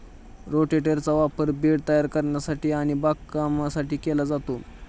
रोटेटरचा वापर बेड तयार करण्यासाठी आणि बागकामासाठी केला जातो